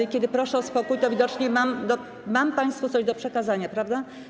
I kiedy proszę o spokój, to widocznie mam państwu coś do przekazania, prawda?